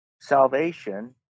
salvation